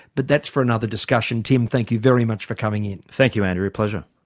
but that's for another discussion. tim, thank you very much for coming in. thank you andrew. a pleasure.